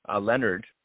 Leonard